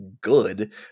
good